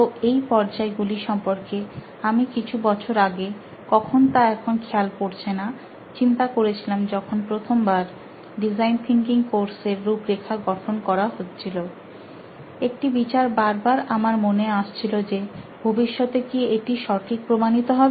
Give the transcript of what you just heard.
তো এই পর্যায়গুলি সম্পর্কে আমি কিছু বছর আগেকখন তা এখন খেয়াল পড়ছেনা চিন্তা করেছিলাম যখন প্রথমবার ডিজাইন থিঙ্কিং কোর্সের রূপরেখা গঠন করা হচ্ছিলএকটি বিচার বারবার আমার মনে আসছিল যে ভবিষ্যতে কি এটি সঠিক প্রমাণিত হবে